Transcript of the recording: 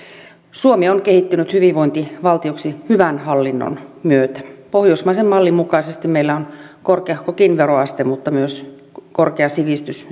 suomi on kehittynyt hyvinvointivaltioksi hyvän hallinnon myötä pohjoismaisen mallin mukaisesti meillä on korkeahkokin veroaste mutta myös korkea sivistys